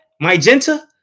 Magenta